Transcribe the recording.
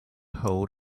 hole